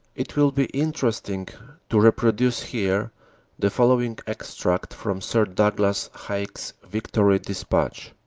it will be interesting to reproduce here the following extract from sir douglas haig's victory dispatch